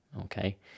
okay